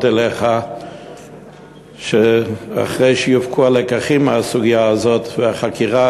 אליך אחרי שיופקו הלקחים מהסוגיה הזאת והחקירה,